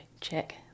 check